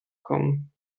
kommen